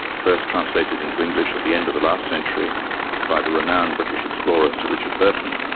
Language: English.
first translated into english at the end of the last century by the renowned british explorer sir richard burton,